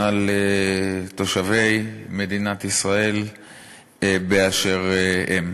על תושבי מדינת ישראל באשר הם.